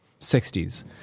60s